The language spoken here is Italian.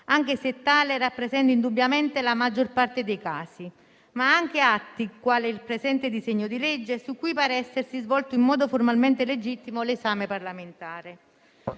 anche se essi rappresentano indubbiamente la maggior parte dei casi - ma anche degli atti, come il presente disegno di legge, su cui pare essersi svolto in modo formalmente legittimo l'esame parlamentare.